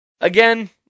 Again